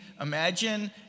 imagine